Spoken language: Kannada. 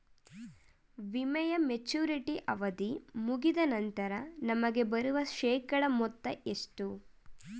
ವಿಮೆಯ ಮೆಚುರಿಟಿ ಅವಧಿ ಮುಗಿದ ನಂತರ ನಮಗೆ ಬರುವ ಶೇಕಡಾ ಮೊತ್ತ ಎಷ್ಟು?